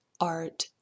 art